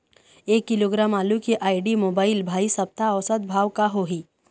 एक किलोग्राम आलू के आईडी, मोबाइल, भाई सप्ता औसत भाव का होही?